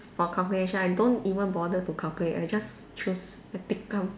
for calculation I don't even bother to calculate I just choose I tikam